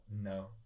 No